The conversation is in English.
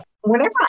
Whenever